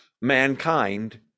mankind